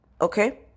okay